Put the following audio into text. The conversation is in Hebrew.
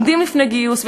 שעומדים לפני גיוס,